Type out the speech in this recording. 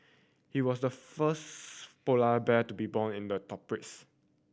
he was the first polar bad be born in the tropics